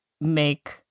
make